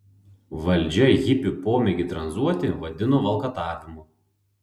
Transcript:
valdžia hipių pomėgį tranzuoti vadino valkatavimu